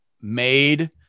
made